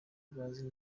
bazi